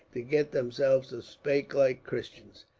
to get themselves to spake like christians.